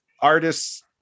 artists